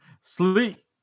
sleep